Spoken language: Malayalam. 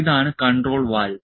ഇതാണ് കൺട്രോൾ വാൽവ്